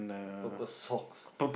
purple socks